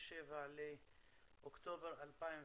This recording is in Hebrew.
27 באוקטובר 2020,